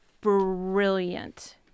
brilliant